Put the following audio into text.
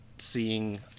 seeing